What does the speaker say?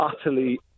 utterly